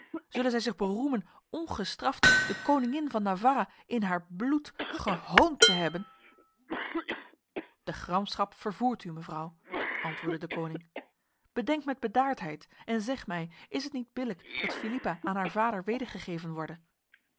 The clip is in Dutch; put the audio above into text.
zullen zij zich beroemen ongestraft de koningin van navarra in haar bloed gehoond te hebben de gramschap vervoert u mevrouw antwoordde de koning bedenk met bedaardheid en zeg mij is het niet billijk dat philippa aan haar vader wedergegeven worde